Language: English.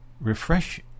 Refresh